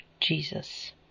Jesus